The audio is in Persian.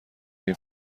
این